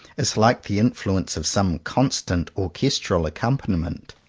is like the influence of some constant orches tral accompaniment.